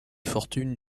fortunes